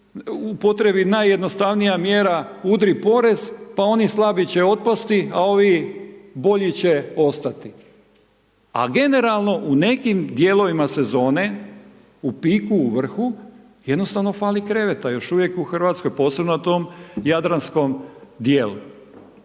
upotrijebi najjednostavnija mjera, udri porez, pa oni slabi će otpasti, a ovi bolji će ostati. A generalno, u nekim dijelovima sezone, u piku, u vrhu, jednostavno fali kreveta, još uvijek u RH, posebno na tom jadranskom dijelu.